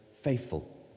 faithful